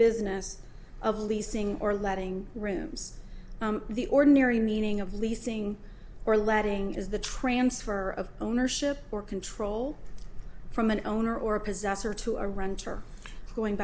business of leasing or letting rooms the ordinary meaning of leasing or letting is the transfer of ownership or control from an owner or a possessor to a renter going